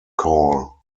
call